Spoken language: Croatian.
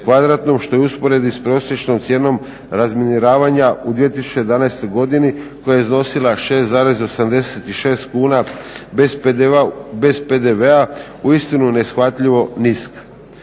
što je u usporedbi s prosječnom cijenom razminiranja u 2011. godini koja je iznosila 6,86 kuna bez PDV-a uistinu neshvatljivo niska.